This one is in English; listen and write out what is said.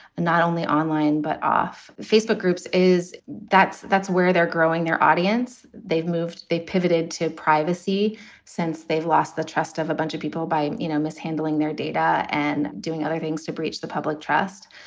and not only online, but off facebook groups is that's that's where they're growing their audience. they've moved they've pivoted to privacy since they've lost the trust of a bunch of people by, you know, mishandling their data and doing other things to breach the public trust.